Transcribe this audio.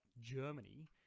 Germany